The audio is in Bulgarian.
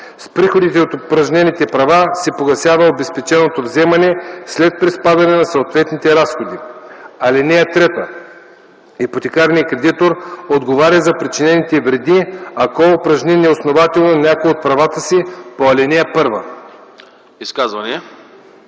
С приходите от упражнените права се погасява обезпеченото вземане след приспадане на съответните разходи. (3) Ипотекарният кредитор отговаря за причинените вреди, ако упражни неоснователно някои от правата си по ал. 1.”